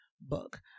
book